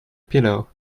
pillow